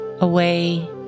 away